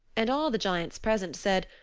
and all the giants present said,